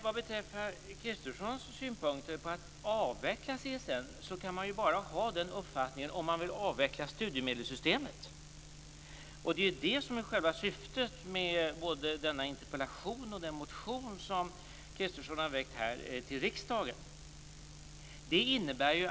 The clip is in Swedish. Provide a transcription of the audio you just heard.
Vad beträffar Kristerssons synpunkter på att avveckla CSN kan man bara ha den uppfattningen om man vill avveckla studiemedelssystemet. Det är ju själva syftet med både denna interpellation och den motion som Kristersson har väckt här i riksdagen.